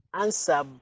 answer